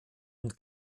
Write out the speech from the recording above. und